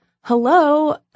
hello